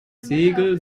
segel